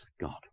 God